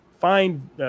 find